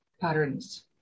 patterns